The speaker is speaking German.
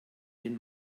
den